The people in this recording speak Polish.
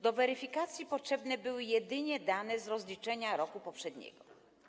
Do weryfikacji potrzebne były jedynie dane z rozliczenia z roku poprzedniego.